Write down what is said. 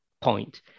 point